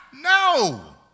No